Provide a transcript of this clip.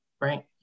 right